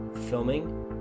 filming